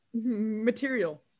Material